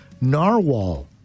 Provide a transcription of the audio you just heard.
Narwhal